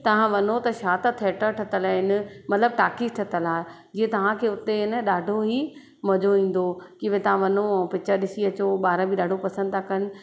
तव्हां वञो त छा त थिएटर ठातल आहिनि मतिलबु टाकी ठतल आहे जीअं तव्हांखे हुते न ॾाढो ई मज़ो ईंदो की उहे तव्हां वञो पिचर ॾिसी अचो ॿार बि ॾाढो पसंदि था कनि